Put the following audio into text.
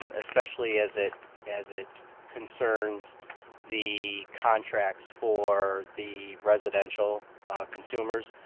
um especially as it as it concerns the contracts for the residential consumers.